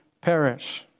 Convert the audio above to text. perish